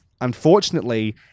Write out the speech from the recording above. unfortunately